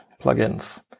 plugins